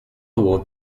award